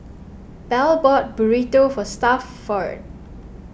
Bell bought Burrito for Stafford